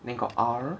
then got R